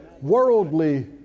Worldly